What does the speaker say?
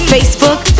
Facebook